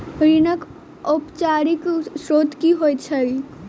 ऋणक औपचारिक स्त्रोत की होइत छैक?